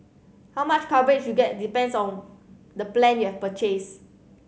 how much coverage you get depends on the plan you've purchase